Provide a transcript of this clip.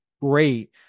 great